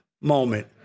moment